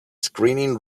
screening